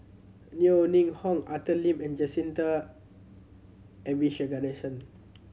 Yeo Ning Hong Arthur Lim and Jacintha Abisheganaden